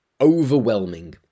overwhelming